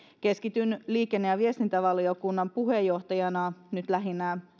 keskityn liikenne ja viestintävaliokunnan puheenjohtajana nyt lähinnä